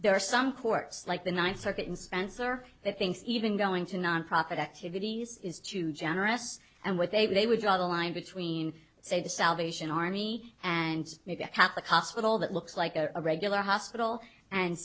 are some courts like the ninth circuit in spencer that things even going to nonprofit activities is too generous and what they would draw the line between say the salvation army and maybe a catholic hospital that looks like a regular hospital and